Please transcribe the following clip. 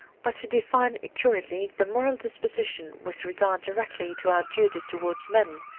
but to define accurately the moral disposition with regard directly to our duties towards men,